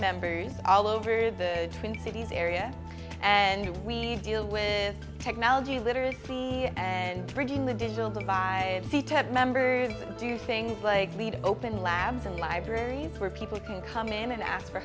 members all over the twin cities area and we deal with technology literacy and bridging the digital divide see to have members do things like lead open labs and libraries where people can come in and ask for